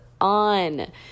on